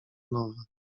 nowe